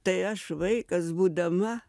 tai aš vaikas būdama